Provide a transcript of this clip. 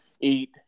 Eat